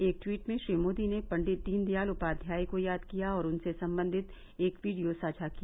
एक ट्वीट में श्री मोदी ने पंडित दीनदयाल उपाध्याय को याद किया और उनसे संबंधित एक वीडियो साझा किया